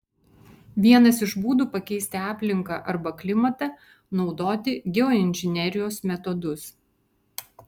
vienas iš būdų pakeisti aplinką arba klimatą naudoti geoinžinerijos metodus